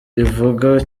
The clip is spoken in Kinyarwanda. ivuga